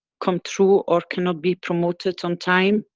come through, or cannot be promoted on time.